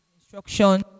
instruction